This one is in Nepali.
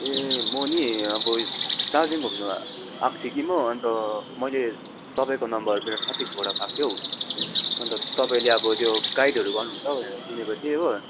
ए म नि अब दार्जिलिङ घुम्नु आएको थिएँ कि म अन्त मैले तपाईँको नम्बर मेरो साथीकोबाट पाएको थिएँ अन्त तपाईँले अब त्यो गाइडहरू गर्नु हुन्छ भनेर सुनेको थिएँ हो